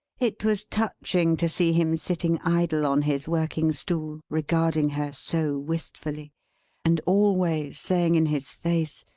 it was touching to see him sitting idle on his working-stool, regarding her so wistfully and always saying in his face,